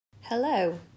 Hello